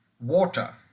Water